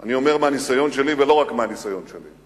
אני אומר מהניסיון שלי ולא רק מהניסיון שלי,